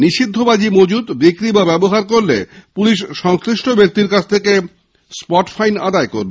নিষিদ্ধ বাজি মজুত বিক্রি বা ব্যবহার করলে পুলিশ সংশ্লিষ্ট ব্যক্তির কাছ থেকে স্পট ফাইন আদায় করা হবে